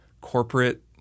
corporate